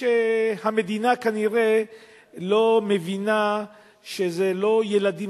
המדינה כנראה לא מבינה שזה לא ילדים